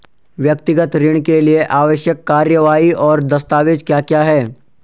व्यक्तिगत ऋण के लिए आवश्यक कार्यवाही और दस्तावेज़ क्या क्या हैं?